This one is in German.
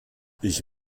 ich